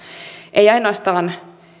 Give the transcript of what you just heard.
ei ole kysymys ainoastaan